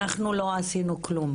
אנחנו לא עשינו כלום.